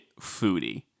foodie